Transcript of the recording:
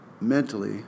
mentally